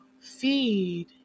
feed